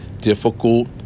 difficult